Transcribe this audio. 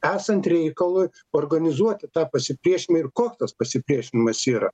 esant reikalui organizuoti tą pasipriešinimą ir koks tas pasipriešinimas yra